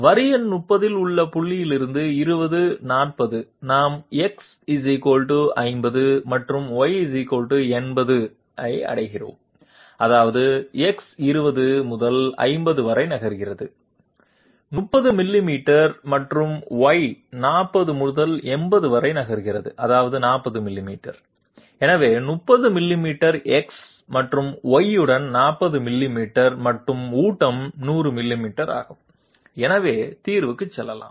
வரி எண் 30 இல் உள்ள புள்ளியிலிருந்து 20 40 நாம் X 50 மற்றும் Y 80 ஐ அடைகிறோம் அதாவது X 20 முதல் 50 வரை நகர்கிறது 30 மில்லிமீட்டர் மற்றும் Y 40 முதல் 80 வரை நகர்கிறது அதாவது 40 மில்லிமீட்டர் எனவே 30 மில்லிமீட்டர் X மற்றும் Y உடன் 40 மில்லிமீட்டர் மற்றும் ஊட்டம் 100 மில்லிமீட்டர் ஆகும் எனவே தீர்வுக்கு செல்லலாம்